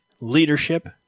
leadership